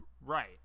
Right